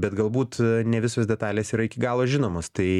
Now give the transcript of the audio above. bet galbūt ne visos detalės yra iki galo žinomos tai